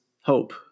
hope